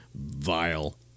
vile